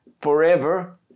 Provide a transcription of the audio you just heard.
forever